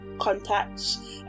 contacts